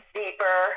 deeper